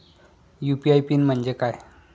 UPI pin म्हणजे काय?